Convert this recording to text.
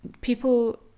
people